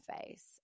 face